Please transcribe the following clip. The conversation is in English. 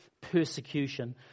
persecution